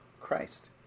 Christ